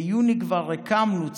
ביוני כבר הקמנו צוות,